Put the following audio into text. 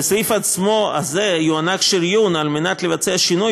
לסעיף זה יוענק שריון: על מנת לבצע שינוי